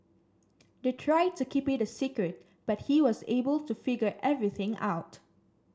they tried to keep it a secret but he was able to figure everything out